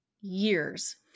years